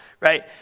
Right